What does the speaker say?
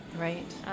Right